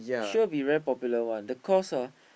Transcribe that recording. sure be very popular [one] the cost ah